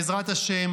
בעזרת ה',